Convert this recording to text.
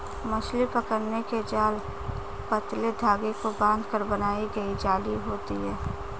मछली पकड़ने के जाल पतले धागे को बांधकर बनाई गई जाली होती हैं